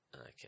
Okay